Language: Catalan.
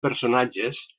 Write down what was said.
personatges